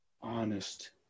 honest